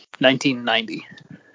1990